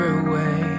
away